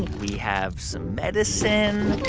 we have some medicine.